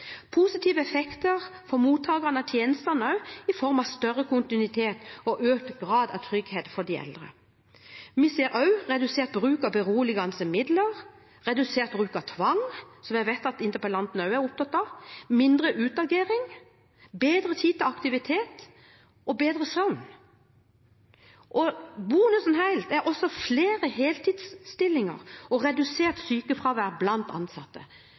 positive effekter for mottakere av tjenestene i form av større kontinuitet og økt grad av trygghet for de eldre. Vi ser også en redusert bruk av beroligende midler og tvang, som jeg vet at interpellanten også er opptatt av. Det har vært mindre utagering, mer tid til aktiviteter og bedre søvn. Bonusen er også flere heltidsstillinger og et redusert sykefravær blant ansatte.